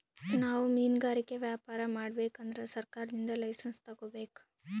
ನಾವ್ ಮಿನ್ಗಾರಿಕೆ ವ್ಯಾಪಾರ್ ಮಾಡ್ಬೇಕ್ ಅಂದ್ರ ಸರ್ಕಾರದಿಂದ್ ಲೈಸನ್ಸ್ ತಗೋಬೇಕ್